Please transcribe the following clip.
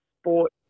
sport